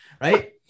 right